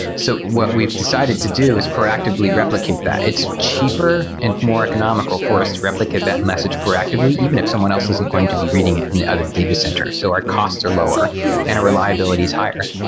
so what we've decided to do is proactively replicate that. it's cheaper and more economical for us to replicate that message proactively even if someone else isn't going to be reading it in the other data center. so our costs are lower and our reliability is higher.